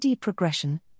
progression